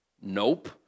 Nope